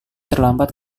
terlambat